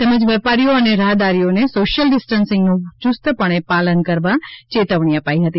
તેમજ વેપારીઓ અને રાહદારીઓને સોશિયલ ડિસ્ટન્સીંગનું યુસ્તપણે પાલન કરવા ચેતવણી અપાઇ હતી